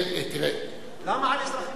למה על אזרחים ערבים כן?